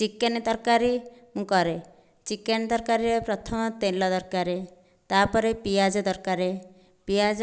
chicken ତରକାରୀ ମୁଁ କରେ ଚିକେନ୍ ତରକାରୀରେ ପ୍ରଥମ ତେଲ ଦରକାର ତା'ପରେ ପିଆଜ ଦରକାର ପିଆଜ